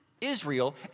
Israel